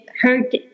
hurt